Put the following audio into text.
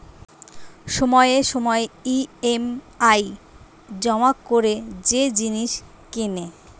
সময়ে সময়ে ই.এম.আই জমা করে যে জিনিস কেনে